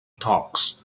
talks